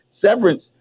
severance